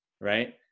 Right